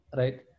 right